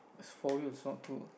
four wheels not two